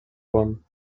one